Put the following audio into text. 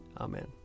Amen